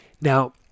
Now